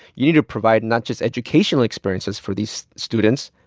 you need to provide not just educational experiences for these students,